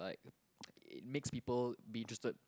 like it makes people be interested